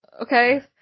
okay